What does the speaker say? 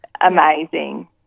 amazing